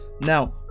Now